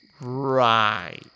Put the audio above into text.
Right